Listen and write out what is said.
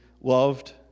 loved